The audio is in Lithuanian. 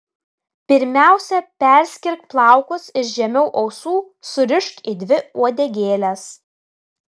pirmiausia perskirk plaukus ir žemiau ausų surišk į dvi uodegėles